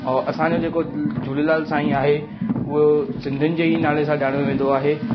और असांजो जेको झूलेलाल साई आहे उहो सिंधियुनि जे ई नाले सां ॼाणियो वेंदो आहे